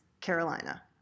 Carolina